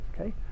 okay